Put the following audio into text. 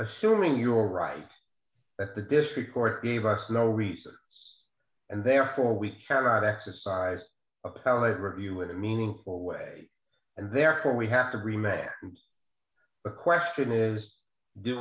assuming you are right that the district court gave us no reason it's and therefore we cannot exercise appellate review in a meaningful way and therefore we have to rematch the question is do